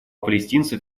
палестинцев